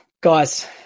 guys